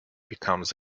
becomes